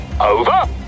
Over